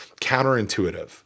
counterintuitive